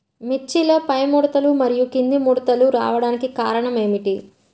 మిర్చిలో పైముడతలు మరియు క్రింది ముడతలు రావడానికి కారణం ఏమిటి?